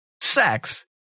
sex